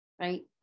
right